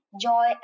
joy